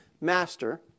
master